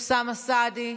חבר הכנסת אוסאמה סעדי,